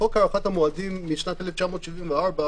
בחוק הארכת המועדים משנת 1974,